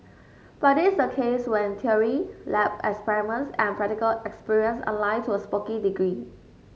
but this is a case when theory lab experiments and practical experience align to a spooky degree